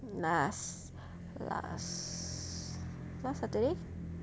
last last last saturday